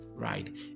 right